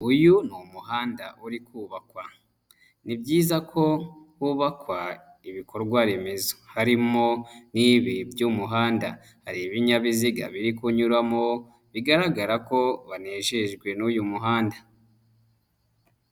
Uyu ni umuhanda uri kubakwa. Ni byiza ko hubakwa ibikorwaremezo harimo n'ibi by'umuhanda. Hari ibinyabiziga biri kunyuramo, bigaragara ko banejejwe n'uyu muhanda.